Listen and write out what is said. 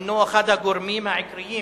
הוא אחד הגורמים העיקריים